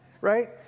Right